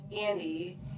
Andy